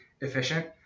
efficient